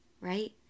right